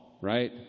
right